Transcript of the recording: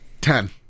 Ten